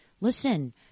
listen